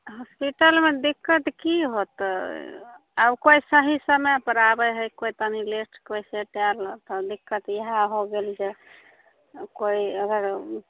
हॉस्पिटलमे दिक्कत कि हेतै आब कोइ सही समयपर आबै हइ कोइ तनि लेट कोइ सेट आएल तऽ दिक्कत इएह हो गेल जे कोइ अगर